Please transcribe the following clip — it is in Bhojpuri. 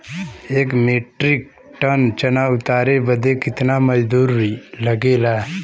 एक मीट्रिक टन चना उतारे बदे कितना मजदूरी लगे ला?